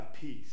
peace